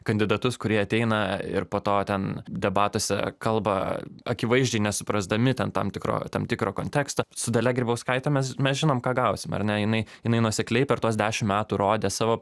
kandidatus kurie ateina ir po to ten debatuose kalba akivaizdžiai nesuprasdami ten tam tikro tam tikro konteksto su dalia grybauskaite mes mes žinom ką gausim ar ne jinai jinai nuosekliai per tuos dešim metų rodė savo